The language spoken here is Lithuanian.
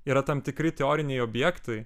yra tam tikri teoriniai objektai